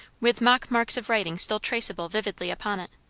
with mock marks of writing still traceable vividly upon it.